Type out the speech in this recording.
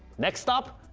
next stop,